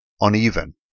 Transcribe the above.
uneven